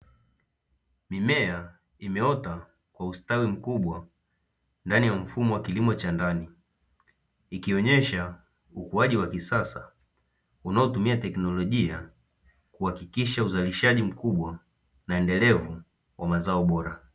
Mimea imeota kwa ustawi mkubwa ndani ya mfumo wa kilimo cha ndani ikionyesha ukuaji wa kisasa unaotumia teknolojia kuhakikisha uzalishaji mkubwa na endelevu wa mazao bora.